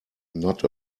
not